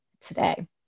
today